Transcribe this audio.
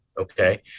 okay